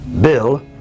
bill